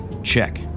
Check